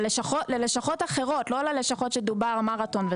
ללשכות אחרות - לא מה שדובר מרתון,